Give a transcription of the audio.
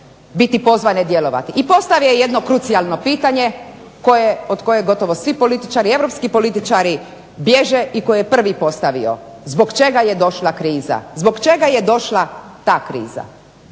biti pozvane djelovati. I postavlja jedno krucijalno pitanje od kojeg gotovo svi političari europski političari bježe i koji je prvi postavio, zbog čega je došla kriza? Zbog čega je došla ta kriza?